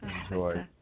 Enjoy